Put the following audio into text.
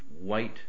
white